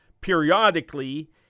Periodically